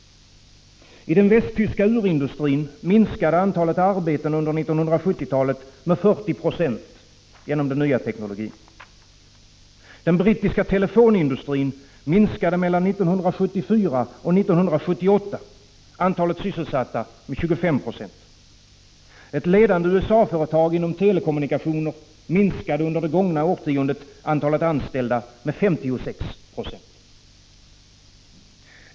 I den västtyska urindustrin minskade antalet arbeten under 1970-talet med 40 20 genom den nya teknologin. Den brittiska telefonindustrin minskade mellan 1974 och 1978 antalet sysselsatta med 25 26. Ett ledande USA-företag inom telekommunikationer minskade under det gångna årtiondet antalet anställda med 56 96.